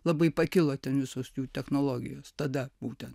labai pakilo ten visos jų technologijos tada būtent